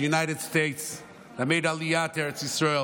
United States and made Aliyah to Eretz Yisrael,